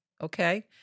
Okay